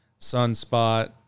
Sunspot